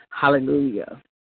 Hallelujah